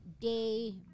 day